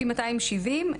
לפי 270,